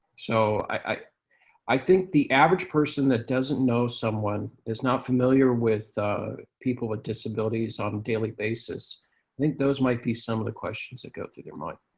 so i i think the average person that doesn't know someone, is not familiar with people with disabilities on a daily basis, i think those might be some of the questions that go through their mind.